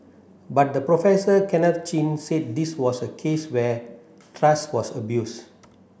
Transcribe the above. but the Professor Kenneth Chin said this was a case where trust was abused